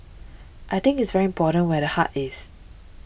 I think it's very important where the heart is